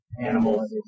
animal